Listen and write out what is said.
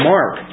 Mark